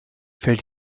fällt